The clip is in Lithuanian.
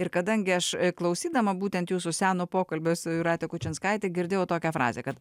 ir kadangi aš klausydama būtent jūsų seno pokalbio su jūrate kučinskaite girdėjau tokią frazę kad